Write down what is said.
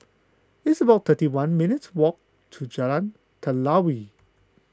it's about thirty one minutes' walk to Jalan Telawi